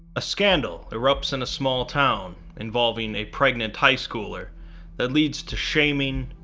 a scandal erupts in a small town involving a pregnant high schooler that leads to shaming,